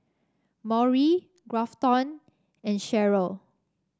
Maury Grafton and Cheryle